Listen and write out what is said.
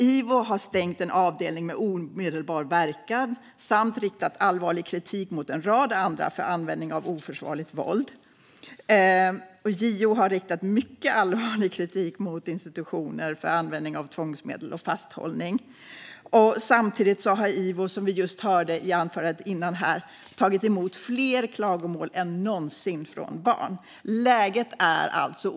Ivo har stängt en avdelning med omedelbar verkan samt riktat allvarlig kritik mot en rad andra för användning av oförsvarligt våld. Och JO har riktat mycket allvarlig kritik mot institutioner för användning av tvångsmedel och fasthållning. Samtidigt har Ivo, vilket vi hörde i anförandet här innan, tagit emot fler klagomål än någonsin från barn.